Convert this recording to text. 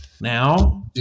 Now